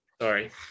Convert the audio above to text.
Sorry